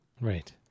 Right